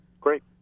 Great